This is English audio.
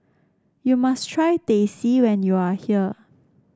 you must try Teh C when you are here